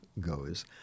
goes